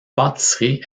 pâtisserie